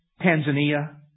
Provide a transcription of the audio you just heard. Tanzania